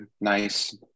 nice